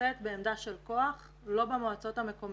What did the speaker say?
שנמצאת בעמדה של כוח, לא במועצות המקומיות